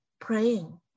praying